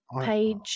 page